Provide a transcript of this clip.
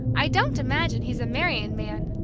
i don't imagine he's a marrying man,